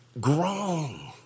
grown